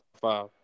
five